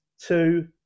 two